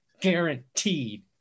guaranteed